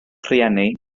rhieni